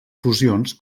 fusions